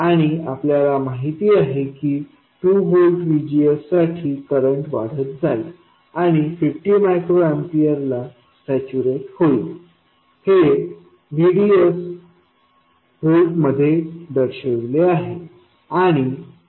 आणि आपल्याला माहित आहे की 2 व्होल्टVGSसाठी करंट वाढत जाईल आणि 50 मायक्रो एम्पीयर ला सॅच्यूरेट होईल हे VDSव्होल्ट मध्ये दर्शविले आहे